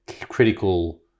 critical